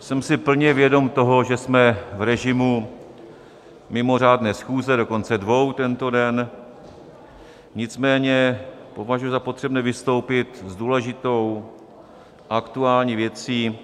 Jsem si plně vědom toho, že jsme v režimu mimořádné schůze, dokonce dvou tento den, nicméně považuji za potřebné vystoupit s důležitou a aktuální věcí,